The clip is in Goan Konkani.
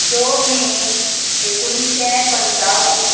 स मे एकुणशे पंचावन